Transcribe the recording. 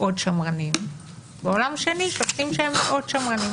אז קצת צנעה וכבוד לאנשים שעורכים את זה במיטב ידיעותיהם ורמתם,